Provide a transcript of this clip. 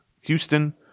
Houston